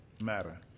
matter